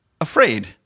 afraid